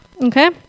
Okay